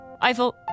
Eiffel